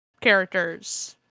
characters